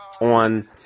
on